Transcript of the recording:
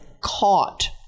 caught